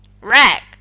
Rag